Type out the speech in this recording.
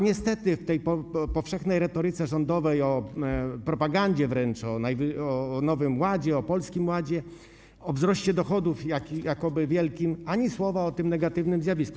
Niestety w tej powszechnej retoryce rządowej, propagandzie wręcz o nowym ładzie, o polskim ładzie, o wzroście dochodów, jakoby wielkim - ani słowa o tym negatywnym zjawisku.